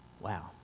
Wow